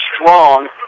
strong